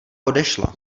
odešla